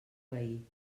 veí